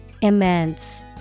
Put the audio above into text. Immense